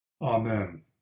Amen